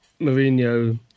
Mourinho